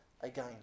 again